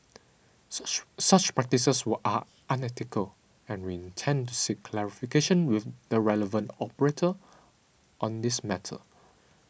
such practices are unethical and we intend to seek clarification with the relevant operator on this matter